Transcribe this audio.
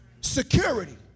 Security